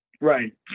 Right